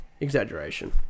exaggeration